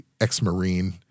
ex-Marine